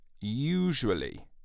usually